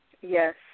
Yes